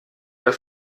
der